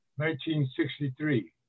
1963